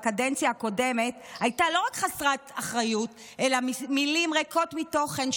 בקדנציה הקודמת הייתה לא רק חסרת אחריות אלא מילים ריקות מתוכן,